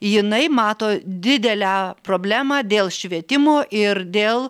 jinai mato didelę problemą dėl švietimo ir dėl